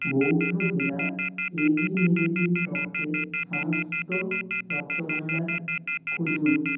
বৌদ্ধ জেলার AB negative রক্তের সমস্ত রক্তভান্ডার খুঁজুন